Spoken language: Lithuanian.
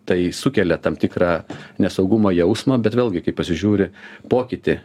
tai sukelia tam tikrą nesaugumo jausmą bet vėlgi kai pasižiūri pokytį